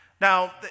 Now